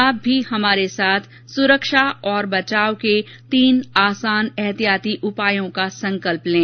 आप भी हमारे साथ सुरक्षा और बचाव के तीन आसान एहतियाती उपायों का संकल्प लें